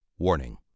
Warning